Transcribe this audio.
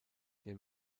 der